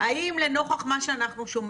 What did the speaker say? האם לנוכח מה שאנחנו שומעים,